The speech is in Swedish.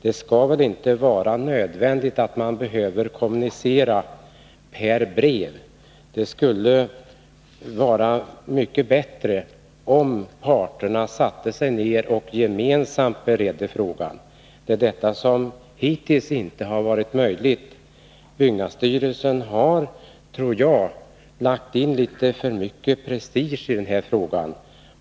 Det skall väl inte vara nödvändigt att kommunicera per brev. Det skulle alltså vara mycket bättre om parterna satte sig ner och gemensamt beredde frågan. Men det har hittills inte varit möjligt. Jag tror att byggnadsstyrelsen har lagt in litet för mycket prestige i frågan.